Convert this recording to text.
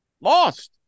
lost